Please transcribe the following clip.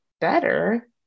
better